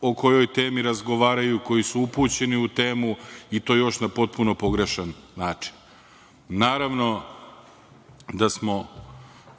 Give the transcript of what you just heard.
o kojoj temi razgovaraju, koji su upućeni u temu i toj na potpuno pogrešan način. Naravno da smo